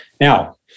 Now